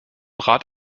rat